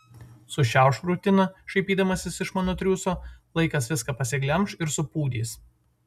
sušiauš rutiną šaipydamasis iš mano triūso laikas viską pasiglemš ir supūdys